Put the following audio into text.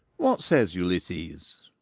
what says ulysses?